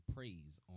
Praise